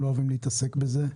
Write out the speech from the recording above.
הם לא אוהבים להתעסק בזה,